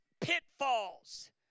pitfalls